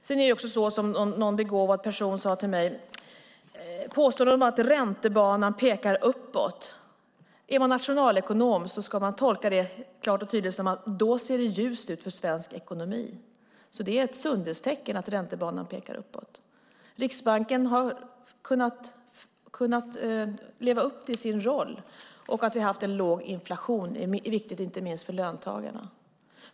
Det är också så som någon begåvad person sade till mig när det gäller påståendena om att räntebanan pekar uppåt. En nationalekonom tolkar det klart och tydligt som att det då ser ljust ut för svensk ekonomi. Det är alltså ett sundhetstecken att räntebanan pekar uppåt. Riksbanken har kunnat leva upp till sin roll, och att vi har haft en låg inflation är viktigt inte minst för löntagarna.